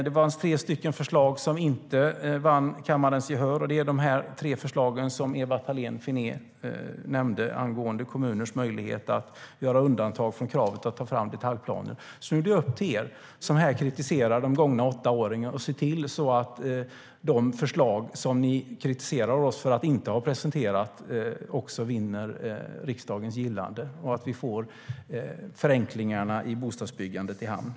Det var tre förslag som inte vann kammarens gehör, och det var de tre förslag som Ewa Thalén Finné nämnde angående kommuners möjlighet att göra undantag från kravet att ta fram detaljplaner.